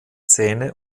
zähne